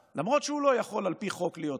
למרות שהוא לא יכול על פי חוק להיות שר,